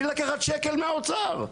בלי לקחת שקל מהאוצר.